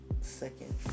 Second